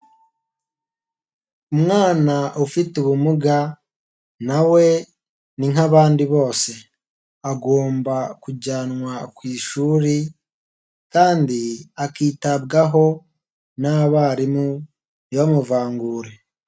Umwana ufite ubumuga nawe ni nk'abandi bose, agomba kujyanwa ku ishuri kandi akitabwaho n'abarimu ntibamuvangure.